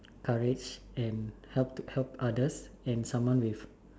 courage and help to help others and someone with